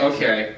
Okay